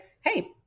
hey